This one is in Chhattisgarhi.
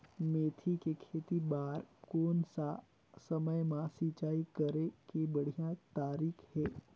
मेथी के खेती बार कोन सा समय मां सिंचाई करे के बढ़िया तारीक हे?